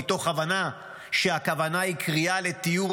מתוך הבנה שהכוונה היא קריאה לטיהור